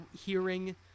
hearing